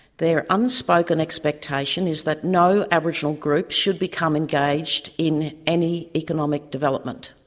their unspoken expectation is that no aboriginal group should become engaged in any economic development.